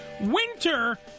winter